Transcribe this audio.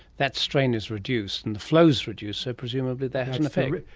that strain is reduced and the flow is reduced, so presumably that has an effect.